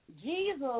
Jesus